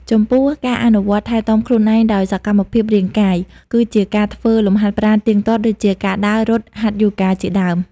ចំពោះ ការអនុវត្តថែទាំខ្លួនឯងដោយសកម្មភាពរាងកាយ គឺជាការធ្វើលំហាត់ប្រាណទៀងទាត់ ដូចជាការដើរ រត់ ហាត់យ៉ូហ្គាជាដើម។